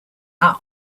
are